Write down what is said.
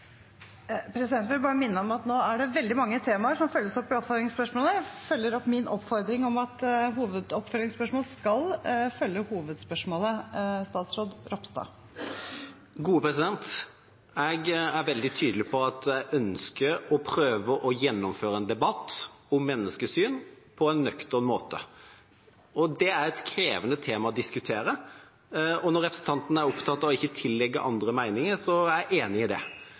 minne om at det nå er veldig mange temaer som følges opp i oppfølgingsspørsmålet. Jeg følger opp min oppfordring om at oppfølgingsspørsmål skal følge hovedspørsmålet. Jeg er veldig tydelig på at jeg ønsker å prøve å gjennomføre en debatt om menneskesyn på en nøktern måte. Det er et krevende tema å diskutere. Når representanten er opptatt av ikke å tillegge andre meninger, er jeg enig i det.